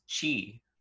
chi